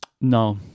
No